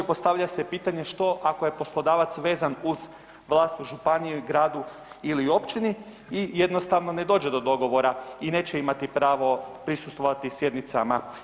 Postavlja se pitanje što ako je poslodavac vezan uz vlast u županiji gradu ili općini i jednostavno ne dođe do dogovora i neće imati pravo prisustvovati sjednicama.